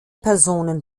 personen